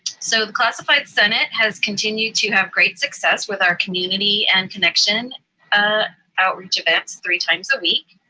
so the classified senate has continued to have great success with our community and connection ah outreach events, three times a week.